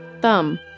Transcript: Thumb